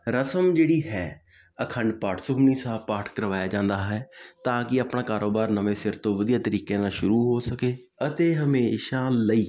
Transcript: ਰਸਮ ਜਿਹੜੀ ਹੈ ਅਖੰਡ ਪਾਠ ਸੁਖਮਨੀ ਸਾਹਿਬ ਪਾਠ ਕਰਵਾਇਆ ਜਾਂਦਾ ਹੈ ਤਾਂ ਕਿ ਆਪਣਾ ਕਾਰੋਬਾਰ ਨਵੇਂ ਸਿਰ ਤੋਂ ਵਧੀਆ ਤਰੀਕੇ ਨਾਲ ਸ਼ੁਰੂ ਹੋ ਸਕੇ ਅਤੇ ਹਮੇਸ਼ਾ ਲਈ